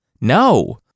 no